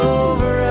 over